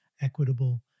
Equitable